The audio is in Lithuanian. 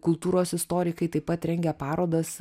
kultūros istorikai taip pat rengia parodas